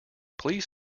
please